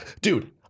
dude